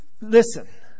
Listen